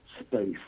space